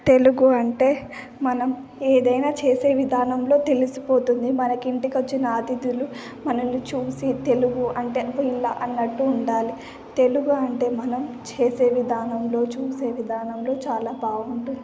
తెలుగు అంటే మనం ఏదైనా చేసే విధానంలో తెలిసిపోతుంది మనకి ఇంటికి వచ్చిన ఆతిథులు మనల్ని చూసి తెలుగు అంటే ఇలా అన్నట్లు ఉండాలి తెలుగు అంటే మనం చేసే విధానంలో చూసే విధానంలో చాలా బాగుంటుంది